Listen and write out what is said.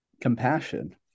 compassion